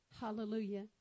Hallelujah